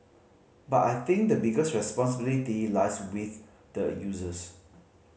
but I think the biggest responsibility lies with the users